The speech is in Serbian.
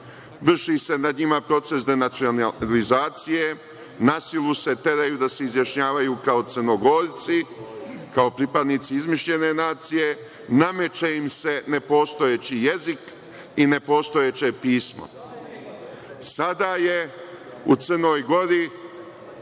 vrši se nad njima proces denacionalizacije, na silu se teraju da se izjašnjavaju kao Crnogorci, kao pripadnici izmišljene nacije, nameće im se nepostojeći jezik i nepostojeće pismo. Sada je u Crnoj Gori